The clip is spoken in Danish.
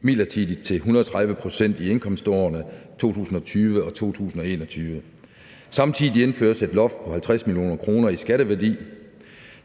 midlertidigt til 130 pct. i indkomstårene 2020 og 2021. Samtidig indføres et loft på 50 mio. kr. i skatteværdi.